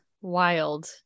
wild